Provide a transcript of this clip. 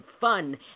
fun